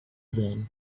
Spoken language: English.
then